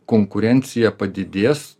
konkurencija padidės